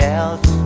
else